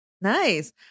Nice